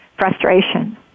Frustration